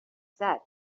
said